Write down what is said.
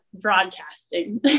Broadcasting